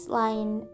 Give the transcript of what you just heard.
line